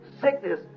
sickness